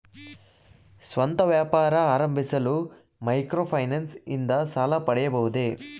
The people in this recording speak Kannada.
ಸ್ವಂತ ವ್ಯಾಪಾರ ಆರಂಭಿಸಲು ಮೈಕ್ರೋ ಫೈನಾನ್ಸ್ ಇಂದ ಸಾಲ ಪಡೆಯಬಹುದೇ?